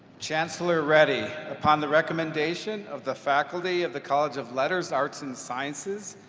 chancellor reddy, upon the recommendation of the faculty of the college of letters, arts and sciences,